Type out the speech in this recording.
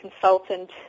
consultant